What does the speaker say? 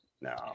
no